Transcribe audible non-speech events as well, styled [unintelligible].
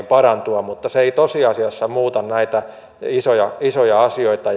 [unintelligible] parantua mutta se ei tosiasiassa muuta näitä isoja isoja asioita [unintelligible]